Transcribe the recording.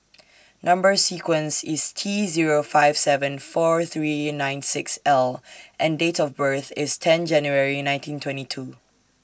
Number sequence IS T Zero five seven four three nine six L and Date of birth IS ten January nineteen twenty two